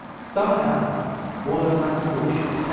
somehow water finds a solution,